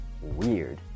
weird